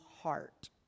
heart